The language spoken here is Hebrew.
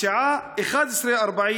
בשעה 11:40